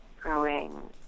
growing